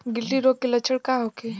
गिल्टी रोग के लक्षण का होखे?